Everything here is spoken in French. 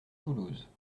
toulouse